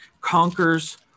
conquers